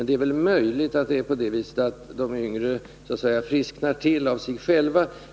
Det är väl möjligt att de yngre tillfrisknar av sig själva.